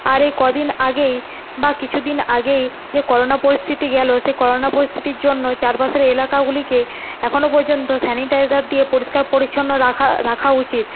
আর এই ক দিন আগেই বা কিছু দিন আগেই যে করোনা পরিস্থিতি গেল সেই করোনা পরিস্থিতির জন্য চারপাশের এলাকাগুলিকে এখনও পর্যন্ত স্যানিটাইজার দিয়ে পরিষ্কার পরিচ্ছন্ন রাখা রাখা উচিত